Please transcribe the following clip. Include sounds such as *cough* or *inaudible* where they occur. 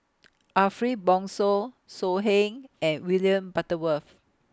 *noise* Ariff Bongso So Heng and William Butterworth